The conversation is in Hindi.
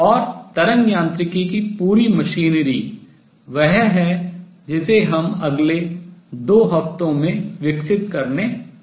और तरंग यांत्रिकी की पूरी मशीनरी वह है जिसे हम अगले 2 हफ्तों में विकसित करने जा रहे हैं